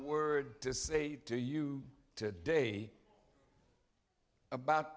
word to say to you today about